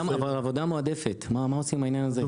עבודה מועדפת, מה עושים עם העניין הזה?